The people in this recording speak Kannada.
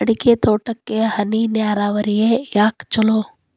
ಅಡಿಕೆ ತೋಟಕ್ಕ ಹನಿ ನೇರಾವರಿಯೇ ಯಾಕ ಛಲೋ?